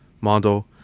mando